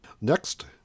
Next